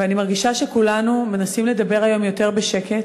ואני מרגישה שכולנו מנסים לדבר היום יותר בשקט,